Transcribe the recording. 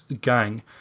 gang